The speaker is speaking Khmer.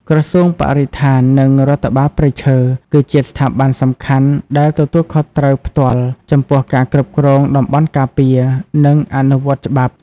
ក្រសួងបរិស្ថាន និងរដ្ឋបាលព្រៃឈើ គឺជាស្ថាប័នសំខាន់ដែលទទួលខុសត្រូវផ្ទាល់ចំពោះការគ្រប់គ្រងតំបន់ការពារ និងអនុវត្តច្បាប់។